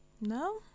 No